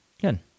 Good